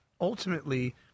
ultimately